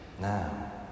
now